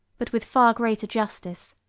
but with far greater justice,